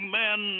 men